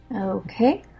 Okay